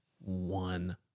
one